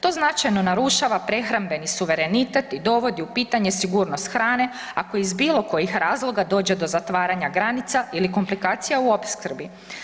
To značajno narušava prehrambeni suverenitet i dovodi u pitanje sigurnost hrane ako iz bilo kojih razloga dođe do zatvaranja granica ili komplikacija u opskrbi.